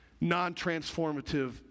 non-transformative